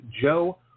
Joe